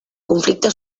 conflicte